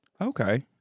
okay